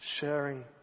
Sharing